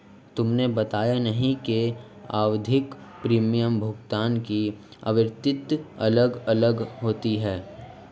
तुमने बताया नहीं कि आवधिक प्रीमियम भुगतान की आवृत्ति अलग अलग होती है